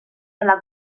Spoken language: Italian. della